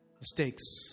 mistakes